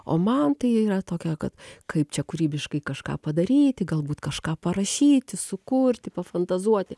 o man tai yra tokia kad kaip čia kūrybiškai kažką padaryti galbūt kažką parašyti sukurti pafantazuoti